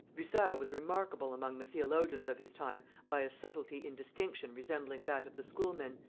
bucer was remarkable among the theologians of his time by a subtility in distinction resembling that of the schoolmen,